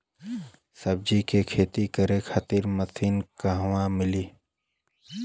सब्जी के खेती करे खातिर मशीन कहवा मिली?